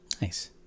Nice